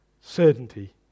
certainty